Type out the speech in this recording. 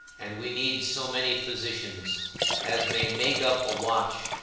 and we need so many physicians as may make up a watch,